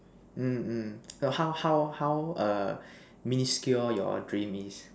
mm mm how how how err minuscule your dream is